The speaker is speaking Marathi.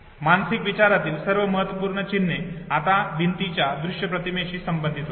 मानसिक विचारातील सर्व महत्त्वपूर्ण चिन्हे आता भिंतीच्या दृश्य प्रतिमेशी संबंधित होतात